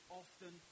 often